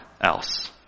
else